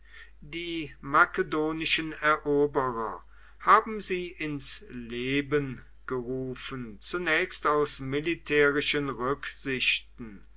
die makedonischen eroberer haben sie ins leben gerufen zunächst aus militärischen rücksichten